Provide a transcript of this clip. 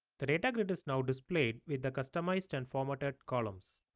the data grid is now displayed with the customized and format ah columns.